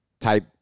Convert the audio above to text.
type